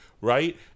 right